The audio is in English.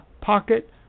Pocket